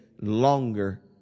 longer